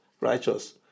righteous